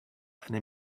eine